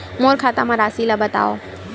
मोर खाता म राशि ल बताओ?